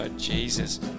Jesus